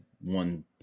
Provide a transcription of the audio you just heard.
one